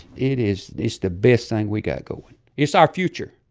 it is the the best thing we got going. it's our future